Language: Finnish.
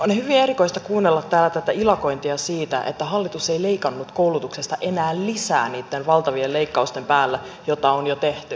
on hyvin erikoista kuunnella täällä tätä ilakointia siitä että hallitus ei leikannut koulutuksesta enää lisää niitten valtavien leikkausten päälle joita on jo tehty